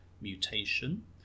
mutation